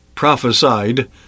prophesied